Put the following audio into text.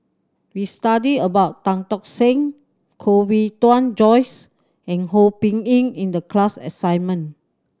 we studied about Tan Tock Seng Koh Bee Tuan Joyce and Ho Yee Ping in the class assignment